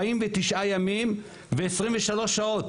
49 ימים ו-23 שעות.